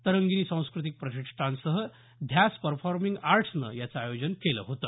तरंगिणी सांस्क्रतिक प्रतिष्ठानसह ध्यास परफॉरमिंग आर्टसनं याचं आयोजन केलं होतं